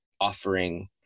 offering